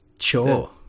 Sure